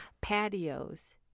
patios